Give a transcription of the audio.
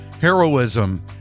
heroism